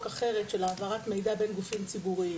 אחרת של העברת מידע בין גופים ציבוריים,